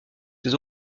ses